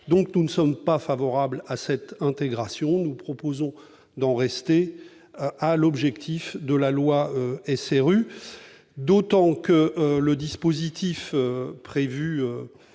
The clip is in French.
part, nous ne sommes pas favorables à cette intégration. Nous préférons en rester à l'objectif de la loi SRU, d'autant que le dispositif prévu